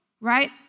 right